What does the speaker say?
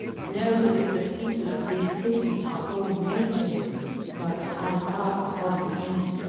know that the people of this city are all magians but allah upon thee,